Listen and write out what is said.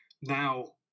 now